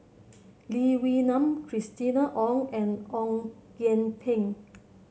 Lee Wee Nam Christina Ong and Ong Kian Peng